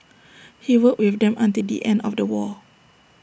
he worked with them until the end of the war